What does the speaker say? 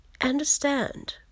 understand